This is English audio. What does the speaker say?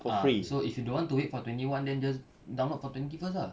ah so if you don't want to wait for twenty one then just download for twenty first ah